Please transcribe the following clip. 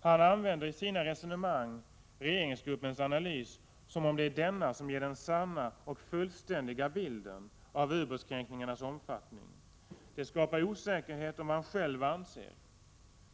Han använder i sina resonemang regeringsgruppens analys som om det är denna som ger den sanna och fullständiga bilden av ubåtskränkningarnas omfattning. Det skapar osäkerhet om vad han själv anser.